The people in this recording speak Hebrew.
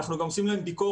אנחנו גם עושים להם ביקורת.